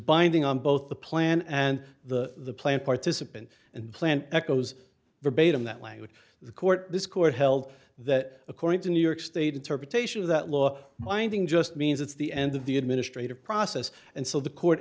binding on both the plan and the plan participants and plan echoes verbatim that language the court this court held that according to new york state interpretation of that law binding just means it's the end of the administrative process and so the court